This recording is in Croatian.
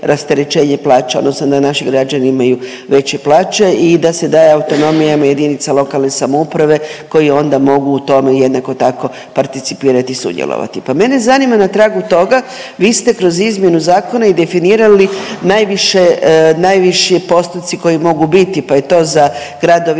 rasterećenje plaća odnosno da naši građani imaju veće plaće i da se daje autonomija jedinicama lokalne samouprave koji onda mogu u tome jednako tako participirat i sudjelovati. Pa mene zanima na tragu toga vi ste kroz izmjenu zakona i definirali najviše, najviši postotci koji mogu biti, pa je to za gradove